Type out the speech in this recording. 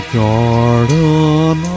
garden